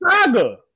Saga